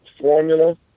formula